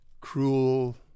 cruel